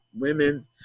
women